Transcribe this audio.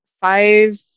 five